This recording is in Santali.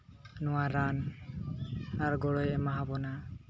ᱱᱚᱣᱟ ᱨᱟᱱ ᱟᱨ ᱜᱚᱲᱚᱭ ᱮᱢᱟᱵᱚᱱᱟ